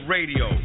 Radio